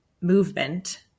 movement